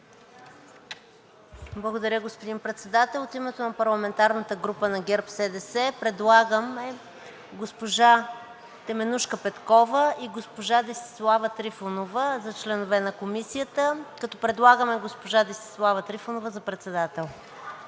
Благодаря, господин Председател. От името на парламентарната група на ГЕРБ-СДС предлагаме госпожа Теменужка Петкова и госпожа Десислава Трифонова за членове на Комисията, като предлагаме госпожа Десислава Трифонова за председател.